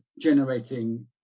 generating